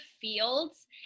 fields